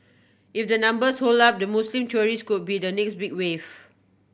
if the numbers hold up the Muslim tourist could be the next big wave